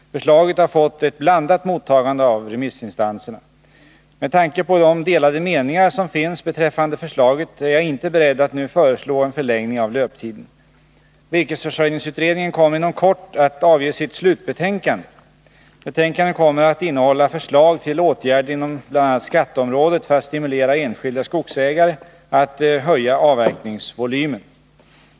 Förslaget har fått ett blandat mottagande av remissinstanserna. Med tanke på de delade meningar som finns beträffande förslaget är jag inte beredd att nu föreslå en förlängning av löptiden. Virkesförsörjningsutredningen kommer inom kort att avge sitt slutbetänkande. Betänkandet kommer att innehålla förslag till åtgärder inom bl.a. skatteområdet för att stimulera enskilda skogsägare att höja avverkningsvolymen.